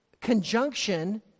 conjunction